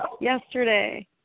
Yesterday